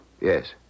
Yes